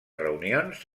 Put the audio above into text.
reunions